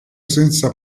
senza